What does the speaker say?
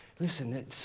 Listen